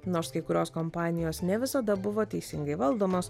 nors kai kurios kompanijos ne visada buvo teisingai valdomos